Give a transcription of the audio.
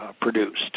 produced